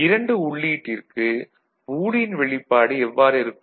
2 உள்ளீட்டிற்கு பூலியன் வெளிப்பாடு எவ்வாறு இருக்கும்